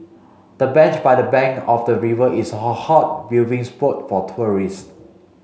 the bench by the bank of the river is a hot viewing spot for tourists